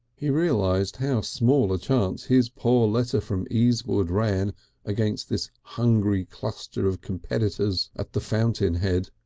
he realised how small a chance his poor letter from easewood ran against this hungry cluster of competitors at the fountain head.